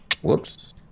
Whoops